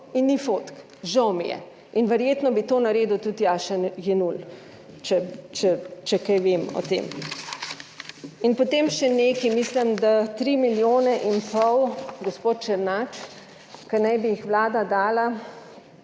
in ni fotk, žal mi je, in verjetno bi to naredil tudi Jaša Jenull, če kaj vem o tem. In potem še nekaj, mislim da 3 milijone in pol, gospod Černač, ki naj bi jih Vlada dala